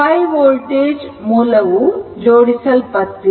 5V voltage ಮೂಲವು ಜೋಡಿಸಲ್ಪಟ್ಟಿದೆ